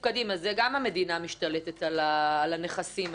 אז גם המדינה משתלטת על הנכסים האלה.